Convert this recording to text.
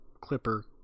Clipper